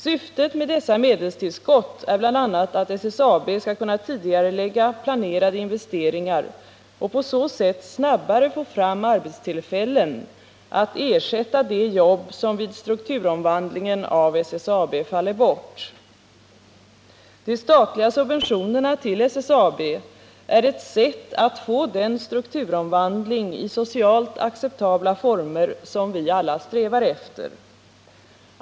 Syftet med dessa medelstillskott är bl.a. att SSAB skall kunna tidigarelägga planerade investeringar och på så sätt snabbare få fram arbetstillfällen att ersätta de jobb som vid strukturomvandlingen av SSAB faller bort. De statliga subventionerna till SSAB är ett sätt att få den strukturomvandling i socialt acceptabla former som vi alla strävar efter.